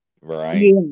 right